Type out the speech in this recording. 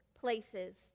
places